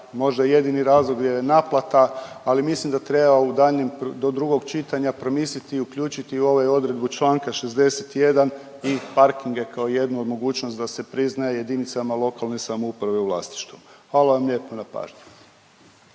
možda jedini razlog je naplata, ali mislim da treba u daljnjem, do drugog čitanja, promisliti i uključiti u ovaj odredbu čl. 61 i parkinge kao jednu od mogućnost da se priznaje jedinicama lokalne samouprave u vlasništvu. Hvala vam lijepo na pažnji.